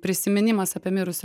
prisiminimas apie mirusią